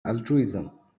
altruism